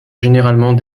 généralement